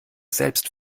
selbst